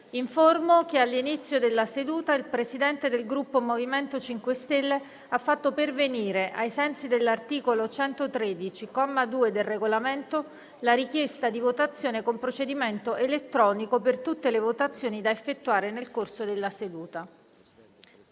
che all'inizio della seduta il Presidente del Gruppo MoVimento 5 Stelle ha fatto pervenire, ai sensi dell'articolo 113, comma 2, del Regolamento, la richiesta di votazione con procedimento elettronico per tutte le votazioni da effettuare nel corso della seduta.